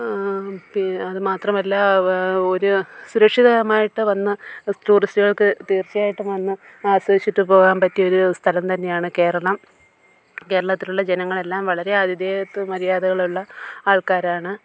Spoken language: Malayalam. അത് മാത്രമല്ല ഒരു സുരക്ഷിതമായിട്ട് വന്ന് ടൂർസ്റ്റുകൾക്ക് തീർച്ചയായിട്ടും വന്ന് ആസ്വദിച്ചിട്ട് പോകാൻ പറ്റിയൊരു സ്ഥലം തന്നെയാണ് കേരളം കേരളത്തിലുള്ള ജനങ്ങളെല്ലാം വളരേ ആധിഥേയത്വ മര്യാദകളുള്ള ആൾക്കാരാണ്